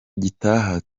gitaha